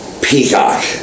Peacock